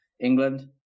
England